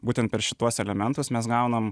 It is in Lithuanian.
būtent per šituos elementus mes gaunam